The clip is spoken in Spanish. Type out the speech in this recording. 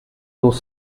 tus